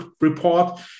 report